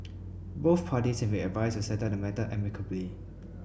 both parties have been advised to settle the matter amicably